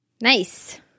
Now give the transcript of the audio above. nice